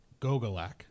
Gogolak